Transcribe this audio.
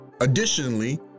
Additionally